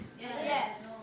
Yes